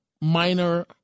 minor